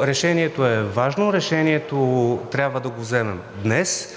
Решението е важно, решението трябва да вземем днес.